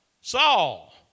Saul